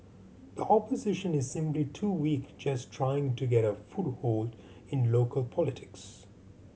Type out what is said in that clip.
the Opposition is simply too weak just trying to get a foothold in local politics